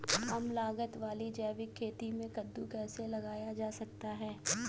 कम लागत वाली जैविक खेती में कद्दू कैसे लगाया जा सकता है?